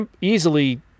easily